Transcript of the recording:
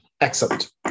Excellent